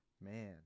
Man